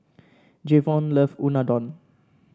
Javon love Unadon